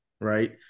right